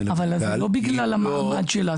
למנכ"ל --- אבל זה לא בגלל המעמד שלה,